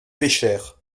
pêchèrent